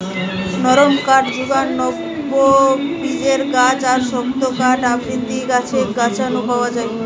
নরম কাঠ জুগায় নগ্নবীজের গাছ আর শক্ত কাঠ আবৃতবীজের গাছ নু পাওয়া যায়